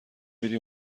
میری